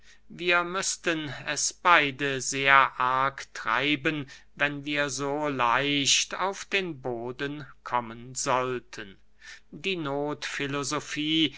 wir müßten es beide sehr arg treiben wenn wir so leicht auf den boden kommen sollten die